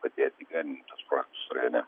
padėt įgyvendint tuos projektus rajone